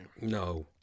no